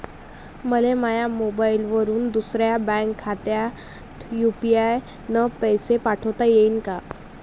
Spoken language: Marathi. मले माह्या मोबाईलवरून दुसऱ्या बँक खात्यात यू.पी.आय न पैसे पाठोता येईन काय?